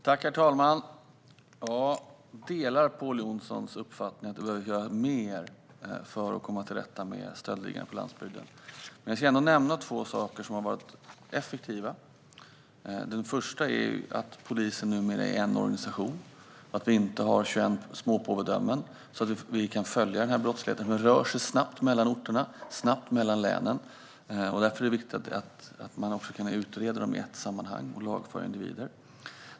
Herr talman! Jag delar Pål Jonsons uppfattning att det behöver göras mer för att man ska komma till rätta med stöldligorna på landsbygden. Men jag ska ändå nämna två saker som har varit effektiva. Den första är att polisen numera är en organisation - att vi inte har 21 småpåvedömen - så att vi kan följa den här brottsligheten. Den rör sig snabbt mellan orterna och mellan länen. Därför är det viktigt att man kan utreda brotten i ett sammanhang och lagföra individer.